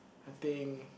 I think